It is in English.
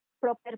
proper